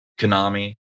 Konami